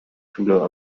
criminal